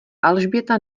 alžběta